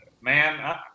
man